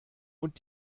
und